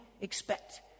expect